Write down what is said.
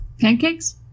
pancakes